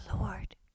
Lord